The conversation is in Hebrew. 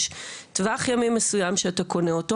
יש טווח ימים מסוים שאתה קונה אותו